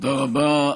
תודה רבה.